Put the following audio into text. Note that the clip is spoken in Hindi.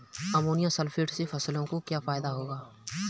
अमोनियम सल्फेट से फसलों को क्या फायदा होगा?